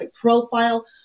profile